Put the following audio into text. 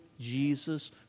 Jesus